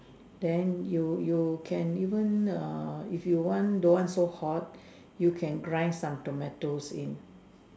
then you you can even err if you want don't want to hot you can grind some tomatoes in